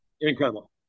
Incredible